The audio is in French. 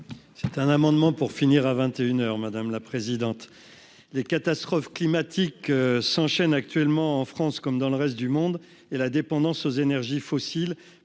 C'est un amendement pour finir à vingt et une heures, madame la présidente ... Les catastrophes climatiques s'enchaînent actuellement en France comme dans le reste du monde, et la dépendance aux énergies fossiles